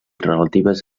relatives